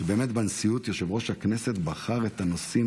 שבאמת בנשיאות יושב-ראש הכנסת בחר את הנושאים